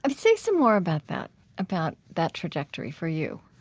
um say some more about that about that trajectory for you